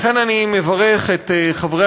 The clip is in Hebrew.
לכן אני מברך את חברי